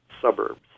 suburbs